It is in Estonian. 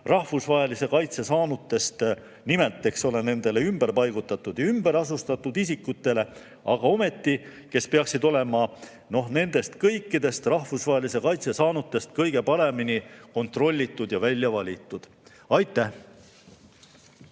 rahvusvahelise kaitse saanutest, nimelt ümberpaigutatud ja ümberasustatud isikutele, kes ometi peaksid olema nendest kõikidest rahvusvahelise kaitse saanutest kõige paremini kontrollitud ja väljavalitud. Aitäh!